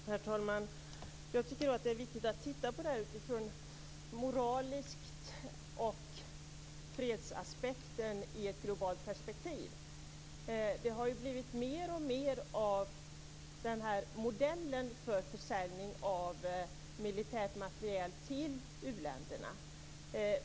Herr talman! Jag tycker att det är viktigt att titta på det här utifrån moraliska och fredliga aspekter i ett globalt perspektiv. Det har ju blivit mer och mer av den här modellen vid försäljning av militär materiel till u-länderna.